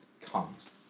comes